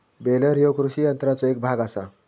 baler ह्यो कृषी यंत्राचो एक भाग आसा